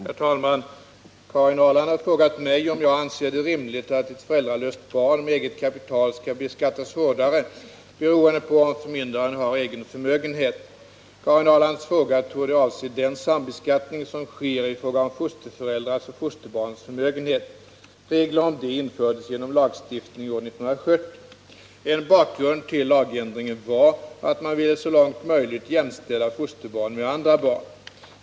Herr talman! Karin Ahrland har frågat mig om jag anser det rimligt att ett föräldralöst barn med eget kapital skall beskattas hårdare beroende på om förmyndaren har egen förmögenhet. Karin Ahrlands fråga torde avse den sambeskattning som sker i fråga om fosterföräldrars och fosterbarns förmögenhet. Regler om detta infördes genom lagstiftning år 1970. En bakgrund till lagändringen var att man ville så långt möjligt jämställa fosterbarn med andra barn.